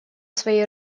своей